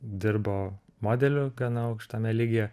dirbo modeliu gana aukštame lygyje